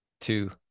two